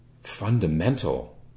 fundamental